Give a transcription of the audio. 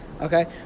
Okay